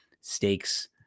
stakes